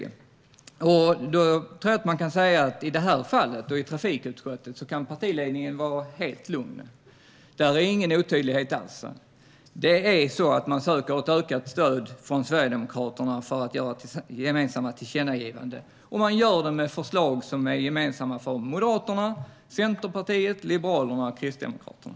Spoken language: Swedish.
I det här fallet och i trafikutskottet tror jag att man kan säga att partiledningen kan vara helt lugn: Där finns ingen otydlighet alls. Det är så att man söker ett ökat stöd från Sverigedemokraterna för att göra gemensamma tillkännagivanden, och man gör det med förslag som är gemensamma för Moderaterna, Centerpartiet, Liberalerna och Kristdemokraterna.